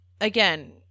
again